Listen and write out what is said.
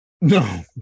no